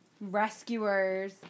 Rescuers